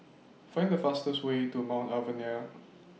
Find The fastest Way to Mount Alvernia